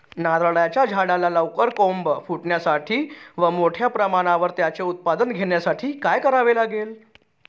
नारळाच्या झाडाला लवकर कोंब फुटण्यासाठी व मोठ्या प्रमाणावर त्याचे उत्पादन घेण्यासाठी काय करावे लागेल?